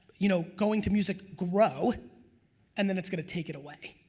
you know, going to music grow and then it's gonna take it away.